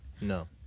No